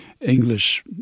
English